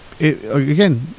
Again